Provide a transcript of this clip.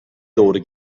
doğru